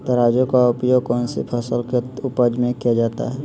तराजू का उपयोग कौन सी फसल के उपज में किया जाता है?